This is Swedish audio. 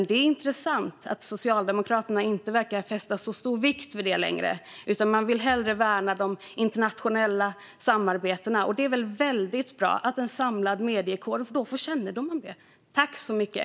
Det är intressant att Socialdemokraterna inte verkar fästa särskilt stor vikt vid det längre utan hellre vill värna de internationella samarbetena. Det är bra att en samlad mediekår får kännedom om det.